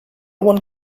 one